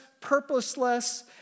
purposeless